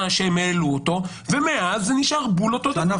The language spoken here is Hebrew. שהם העלו אותו ומאז זה נשאר בול אותו דבר.